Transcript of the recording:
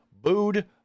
booed